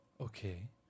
Okay